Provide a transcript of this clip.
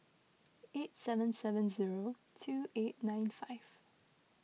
eight seven seven zero two eight nine five